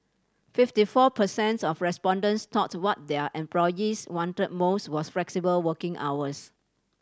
fifty four per cents of respondents thought what their employees wanted most was flexible working hours